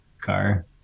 car